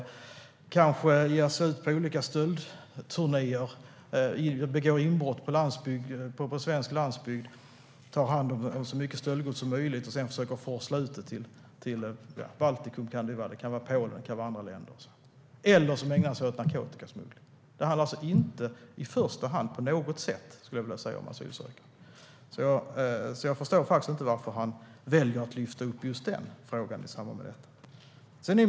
De kanske ger sig ut på olika stöldturnéer, gör inbrott på svensk landsbygd, tar hand om så mycket stöldgods som möjligt och försöker sedan forsla ut det till exempelvis Baltikum, till Polen eller andra länder. Det kan också vara människor som ägnar sig åt narkotikasmuggling. Det handlar alltså inte i första hand på något sätt om asylsökande, så jag förstår faktiskt inte varför Anti Avsan väljer att lyfta upp just den frågan i interpellationen.